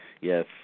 Yes